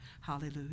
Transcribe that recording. Hallelujah